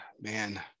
man